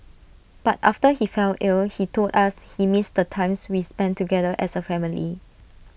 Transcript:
but after he fell ill he told us he missed the times we spent together as A family